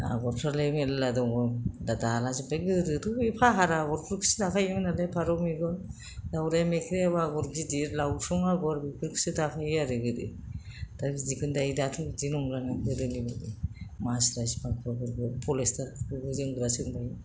आगरफोरालाय मेरला दङ दालाजोबबाय गोदोथ' बे फाहार आगरफोरखौसो दाखायोमोननालाय फारौ मेगन दाउराइ मोख्रेब आगर गिदिर लाउसं आगर बिफोरखौसो दाखायो आरो गोदो दा बिदिखौनो दायो दाथ' बिदि नंलाना गोदोनिबायदि मास्राइस फाखुवाफोरखौ पलिष्टार फोरखौ जोमग्रा सोंबाय